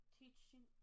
teaching